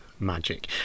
magic